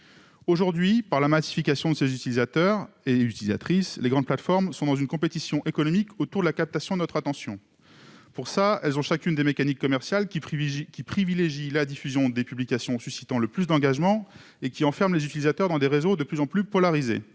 d'une masse croissante d'utilisateurs et d'utilisatrices, se livrent à une compétition économique autour de la captation de notre attention. Pour cela, elles emploient chacune des mécaniques commerciales qui privilégient la diffusion des publications suscitant le plus d'engagement et enferment les utilisateurs dans des réseaux de plus en plus polarisés.